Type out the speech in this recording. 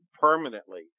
permanently